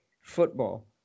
football